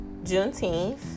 Juneteenth